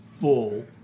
full